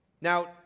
Now